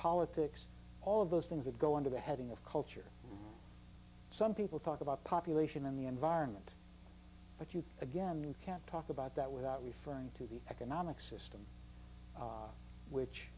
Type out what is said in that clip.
politics all of those things that go under the heading of culture some people talk about population and the environment but you again you can't talk about that without referring to the economic system which